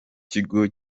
kigo